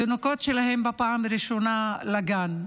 התינוקות שלהן, בפעם הראשונה לגן.